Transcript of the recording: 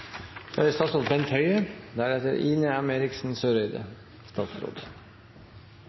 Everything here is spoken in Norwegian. statsråd Bent Høie.